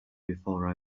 before